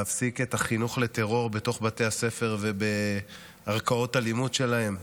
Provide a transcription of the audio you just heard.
להפסיק את החינוך לטרור בתוך בתי הספר ובערכות הלימוד שלהם.